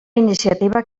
iniciativa